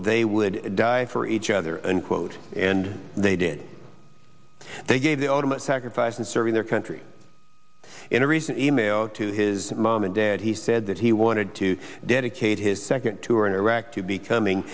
they would die for each other and quote and they did they gave the ultimate sacrifice and serving their country in a recent email to his mom and dad he said that he wanted to dedicate his second tour in iraq to becoming